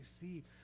see